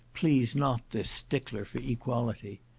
please not this stickler for equality.